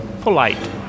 polite